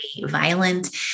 violent